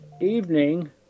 evening